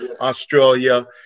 Australia